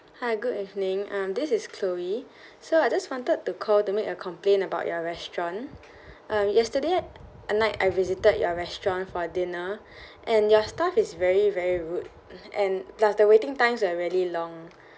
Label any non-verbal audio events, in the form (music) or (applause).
hi good evening um this is chloe (breath) so I just wanted to call to make a complaint about your restaurant um yesterday at night I visited your restaurant for dinner (breath) and your staff is very very rude and plus the waiting times are really long